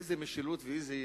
איזה משילות ואיזה יציבות?